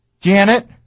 Janet